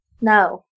No